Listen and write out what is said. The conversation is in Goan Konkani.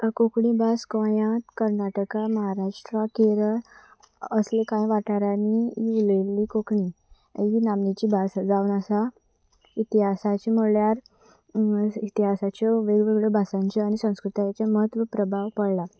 कोंकणी भास गोंयांत कर्नाटका महाराष्ट्रा केरळ अ असले कांय वाठारांनी ही उलयल्ली कोंकणी ही नामनेची भास जावन आसा इतिहासाचें म्हणल्यार इतिहासाच्यो वेगवेगळ्यो भासांच्यो आनी संस्कृतायाचें म्हत्व प्रभाव पडला